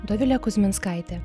dovilė kuzminskaitė